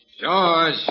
George